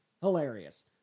hilarious